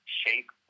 shape